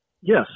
Yes